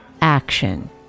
action